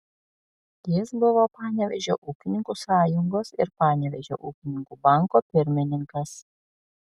jis buvo panevėžio ūkininkų sąjungos ir panevėžio ūkininkų banko pirmininkas